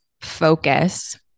Focus